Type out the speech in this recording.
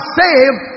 saved